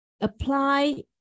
apply